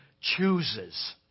chooses